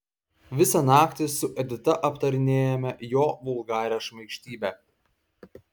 visą naktį su edita aptarinėjome jo vulgarią šmaikštybę